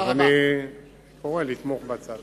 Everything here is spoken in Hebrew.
אני קורא לתמוך בהצעת החוק.